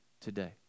today